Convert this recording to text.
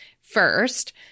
first